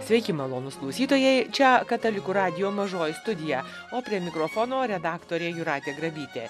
sveiki malonūs klausytojai čia katalikų radijo mažoji studija o prie mikrofono redaktorė jūratė grabytė